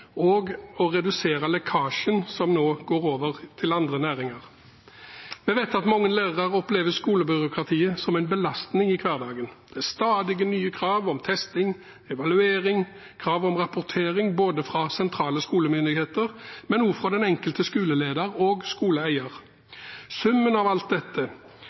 og når det gjelder å redusere lekkasjen over til andre næringer. Vi vet at mange lærere opplever skolebyråkratiet som en belastning i hverdagen. Det er stadig nye krav om testing, evaluering, krav om rapportering, både fra sentrale skolemyndigheter og fra den enkelte skoleleder og skoleeier. Summen av alt dette